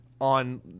on